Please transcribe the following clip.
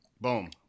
boom